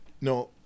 no